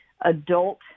adult